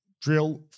drill